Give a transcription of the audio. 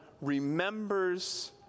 remembers